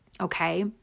okay